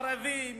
ערבים,